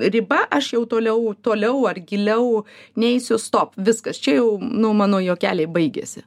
riba aš jau toliau toliau ar giliau neisiu stop viskas čia jau nu mano juokeliai baigėsi